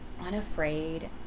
unafraid